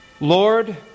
lord